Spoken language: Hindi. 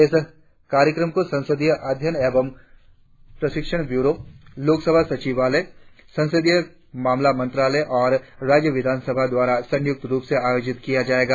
इस कार्यक्रम को संसदीय अध्ययन एवं प्रशिक्षण ब्यूरो लोक सभा सचिवालय केंद्रीय संसदीय मामला मंत्रालय और राज्य विधानसभा द्वारा संयुक्त रुप से आयोजित किया जायेगा